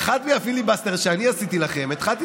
באחד מהפיליבסטרים שאני עשיתי לכם התחלתי